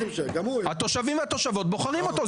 התושבים והתושבות בוחרים אותו.